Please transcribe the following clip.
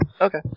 Okay